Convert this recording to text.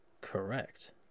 Correct